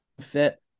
fit